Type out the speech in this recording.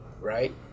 right